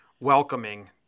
welcoming